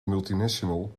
multinational